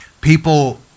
people